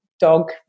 dog